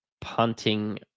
punting